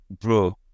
bro